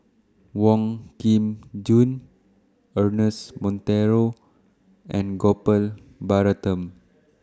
Wong Kin Jong Ernest Monteiro and Gopal Baratham